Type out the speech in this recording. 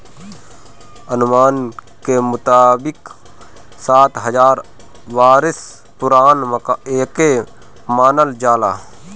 अनुमान के मुताबिक सात हजार बरिस पुरान एके मानल जाला